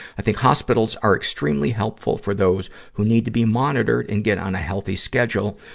i think hospitals are extremely helpful for those who need to be monitored and get on a healthy schedule,